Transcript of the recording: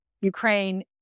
Ukraine